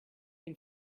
been